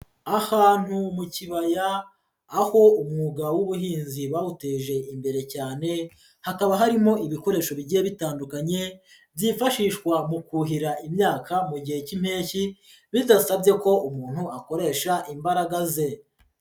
Ahantu mu kibaya aho umwuga w'ubuhinzi bawuteje imbere cyane, hakaba harimo ibikoresho bigiye bitandukanye byifashishwa mu kuhira imyaka mu gihe cy'impeshyi, bidasabye ko umuntu akoresha imbaraga ze.